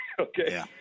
Okay